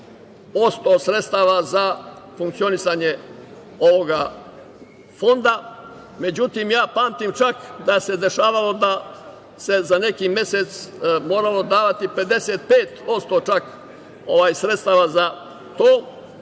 48% sredstava za funkcionisanje ovoga fonda. Međutim, pamtim čak da se dešavalo da se za neki mesec davalo 55% sredstava za